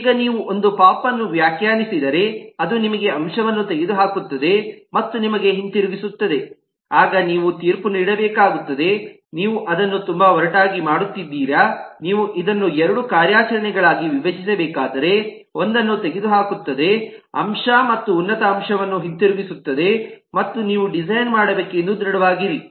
ಈಗ ನೀವು ಒಂದು ಪೋಪ್ ಅನ್ನು ವ್ಯಾಖ್ಯಾನಿಸಿದರೆ ಅದು ನಿಮಗೆ ಅಂಶವನ್ನು ತೆಗೆದುಹಾಕುತ್ತದೆ ಮತ್ತು ನಿಮಗೆ ಹಿಂದಿರುಗಿಸುತ್ತದೆ ಆಗ ನೀವು ತೀರ್ಪು ನೀಡಬೇಕಾಗುತ್ತದೆ ನೀವು ಅದನ್ನು ತುಂಬಾ ಒರಟಾಗಿ ಮಾಡುತ್ತಿದ್ದೀರಾ ನೀವು ಇದನ್ನು ಎರಡು ಕಾರ್ಯಾಚರಣೆಗಳಾಗಿ ವಿಭಜಿಸಬೇಕಾದರೆ ಒಂದನ್ನು ತೆಗೆದುಹಾಕುತ್ತದೆ ಅಂಶ ಮತ್ತು ಉನ್ನತ ಅಂಶವನ್ನು ಹಿಂದಿರುಗಿಸುತ್ತದೆ ಮತ್ತು ನೀವು ಡಿಸೈನ್ ಮಾಡಬೇಕೆಂದು ದೃಢವಾಗಿರಿ